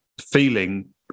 feeling